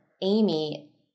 Amy